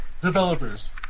Developers